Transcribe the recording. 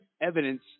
evidence